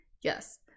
yes